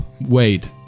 wait